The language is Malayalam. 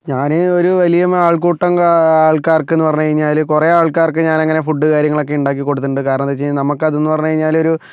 ഞാൻ ഒരു വലിയ ആൾക്കൂട്ടം കാ ആൾക്കാർക്കെന്ന് പറഞ്ഞ് കഴിഞ്ഞാൽ കുറേ ആൾക്കാർക്ക് ഞാൻ അങ്ങനെ ഫുഡ് കാര്യങ്ങളൊക്കെ ഉണ്ടാക്കി കൊടുത്തിട്ടുണ്ട് കാരണമെന്താ വെച്ചുകഴിഞ്ഞാൽ നമുക്ക് അതെന്ന് പറഞ്ഞ് കഴിഞ്ഞാലൊരു